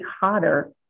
hotter